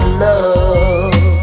love